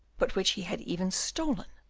but which he had even stolen?